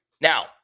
now